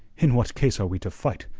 in what case are we to fight?